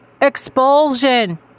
expulsion